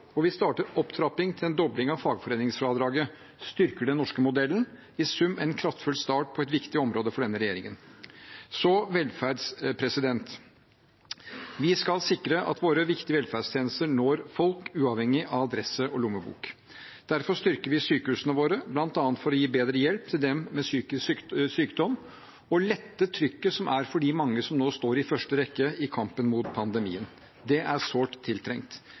vi starter opptrapping til en dobling av fagforeningsfradraget, vi styrker den norske modellen – i sum en kraftfull start på et viktig område for denne regjeringen. Så velferd: Vi skal sikre at våre viktige velferdstjenester når folk, uavhengig av adresse og lommebok. Derfor styrker vi sykehusene våre, bl.a. for å gi bedre hjelp til dem med psykisk sykdom og for å lette trykket for de mange som nå står i første rekke i kampen mot pandemien. Det er sårt tiltrengt.